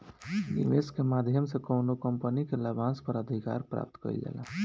निवेस के माध्यम से कौनो कंपनी के लाभांस पर अधिकार प्राप्त कईल जाला